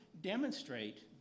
demonstrate